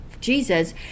Jesus